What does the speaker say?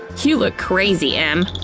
you look crazy, em!